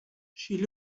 she